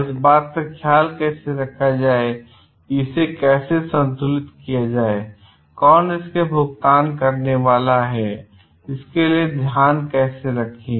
तो इस बात का ख्याल कैसे रखा जाए कि इसे कैसे संतुलित किया जाए और कौन इसके लिए भुगतान करने वाला है और इसके लिए ध्यान कैसे रखें